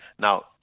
Now